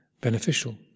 beneficial